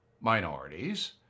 minorities